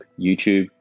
YouTube